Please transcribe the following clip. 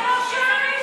בראש-העין יש,